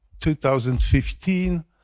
2015